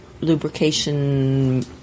lubrication